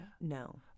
No